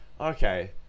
okay